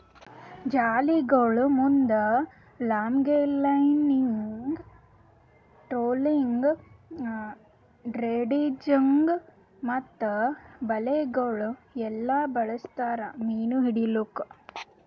ಜಾಲಿಗೊಳ್ ಮುಂದ್ longlining, trolling, dredging ಮತ್ತ ಬಲೆಗೊಳ್ ಎಲ್ಲಾ ಬಳಸ್ತಾರ್ ಮೀನು ಹಿಡಿಲುಕ್